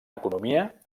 economia